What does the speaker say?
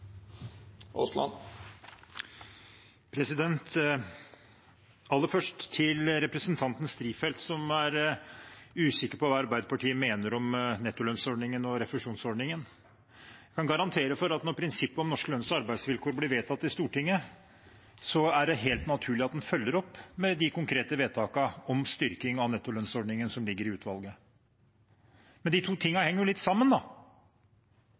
Aller først til representanten Strifeldt, som er usikker på hva Arbeiderpartiet mener om nettolønnsordningen og refusjonsordningen: Jeg kan garantere for at når prinsippet om norske lønns- og arbeidsvilkår blir vedtatt i Stortinget, er det helt naturlig at en følger opp med de konkrete vedtakene om styrking av nettolønnsordningen som ligger i utvalget. De to tingene henger litt sammen,